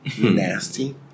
Nasty